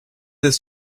this